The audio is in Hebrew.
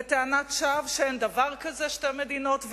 בטענת שווא שאין דבר כזה שתי מדינות,